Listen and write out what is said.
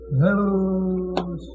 hello